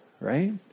right